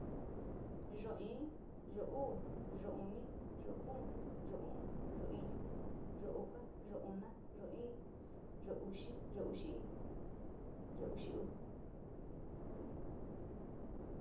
Yoo i, yoo uu, yoo uni, yoo kuu, yoo u´u, yoiñu, yoo uxa, yoo una, yoo ii, yoo uxii, yoo uxiuu.